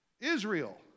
Israel